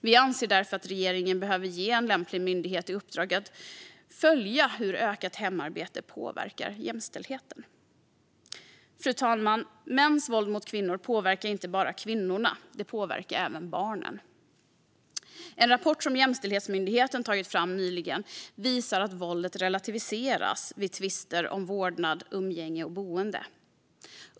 Vi anser därför att regeringen behöver ge en lämplig myndighet i uppdrag att följa hur ökat hemarbete påverkar jämställdheten. Fru talman! Mäns våld mot kvinnor påverkar inte bara kvinnorna. Det påverkar även barnen. En rapport som Jämställdhetsmyndigheten nyligen tagit fram visar att våldet relativiseras vid tvister om vårdnad, umgänge och boende.